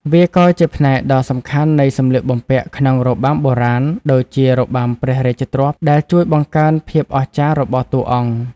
វាក៏ជាផ្នែកដ៏សំខាន់នៃសំលៀកបំពាក់ក្នុង របាំបុរាណ (ដូចជារបាំព្រះរាជទ្រព្យ) ដែលជួយបង្កើនភាពអស្ចារ្យរបស់តួអង្គ។